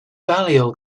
balliol